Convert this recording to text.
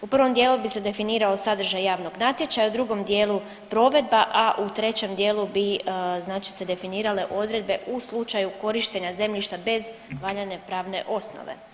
U prvom djelu bi se definirao sadržaj javnog natječaja, u drugom dijelu provedba, a u trećem dijelu bi znači se definirale odredbe u slučaju korištenja zemljišta bez valjane pravne osnove.